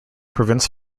prevents